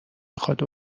میخواد